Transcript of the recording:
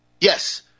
Yes